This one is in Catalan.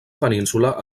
península